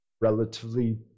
relatively